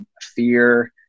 fear